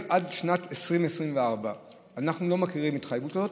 עד 2024. אנחנו לא מכירים התחייבות כזאת.